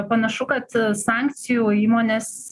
panašu kad sankcijų įmonės